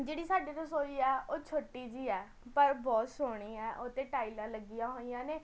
ਜਿਹੜੀ ਸਾਡੀ ਰਸੋਈ ਆ ਓਹ ਛੋਟੀ ਜੀ ਹੈ ਪਰ ਬਹੁਤ ਸੋਹਣੀ ਹੈ ਉਹ 'ਤੇ ਟਾਇਲਾਂ ਲੱਗੀਆਂ ਹੋਈਆਂ ਨੇ